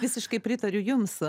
visiškai pritariu jums